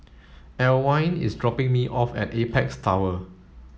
Alwine is dropping me off at Apex Tower